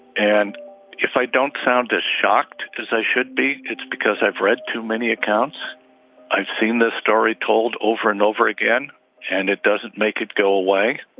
and if i don't sound as shocked as they should be it's because i've read too many accounts i've seen this story told over and over again and it doesn't make it go away.